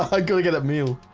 i gotta get up moo.